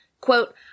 Quote